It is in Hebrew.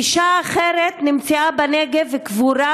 אישה אחרת נמצאה בנגב קבורה,